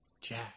Jack